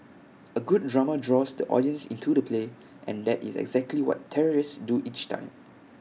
A good drama draws the audience into the play and that is exactly what terrorists do each time